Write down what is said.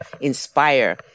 inspire